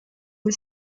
the